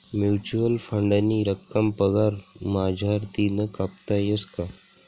Mutual फंडनी रक्कम पगार मझारतीन कापता येस का?